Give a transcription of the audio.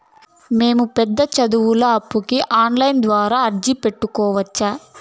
మేము పెద్ద సదువులకు అప్పుకి ఆన్లైన్ ద్వారా అర్జీ పెట్టుకోవచ్చా?